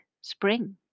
spring